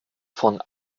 von